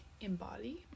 embody